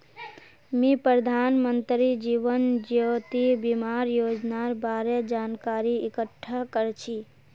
मी प्रधानमंत्री जीवन ज्योति बीमार योजनार बारे जानकारी इकट्ठा कर छी